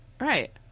Right